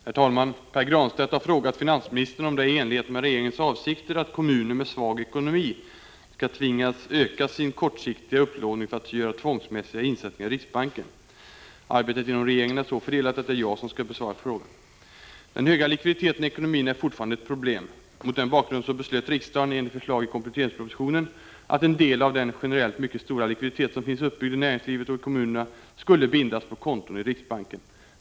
Herr talman! Pär Granstedt har frågat finansministern om det är i enlighet med regeringens avsikter att kommuner med svag ekonomi skall tvingas öka sin kortfristiga upplåning för att göra tvångsmässiga insättningar i riksbanken. Arbetet inom regeringen är så fördelat att det är jag som skall svara på frågan. Den höga likviditeten i ekonomin är fortfarande ett problem. Mot den bakgrunden beslöt riksdagen enligt förslag i kompletteringspropositionen att en del av den generellt mycket stora likviditet som finns uppbyggd i näringslivet och i kommunerna skulle bindas på konton i riksbanken.